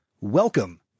welcome